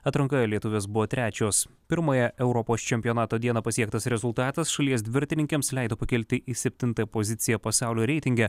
atrankoje lietuvės buvo trečios pirmąją europos čempionato dieną pasiektas rezultatas šalies dviratininkėms leido pakilti į septintą poziciją pasaulio reitinge